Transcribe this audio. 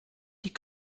die